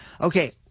Okay